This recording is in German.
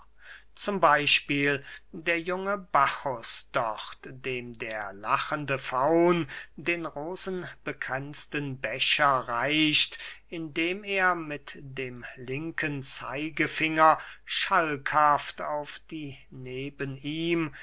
zum beyspiel der junge bacchus dort dem der lachende faun den rosenbekränzten becher reicht indem er mit dem linken zeigefinger schalkhaft auf die neben ihm